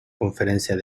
conferencias